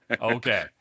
Okay